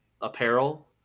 apparel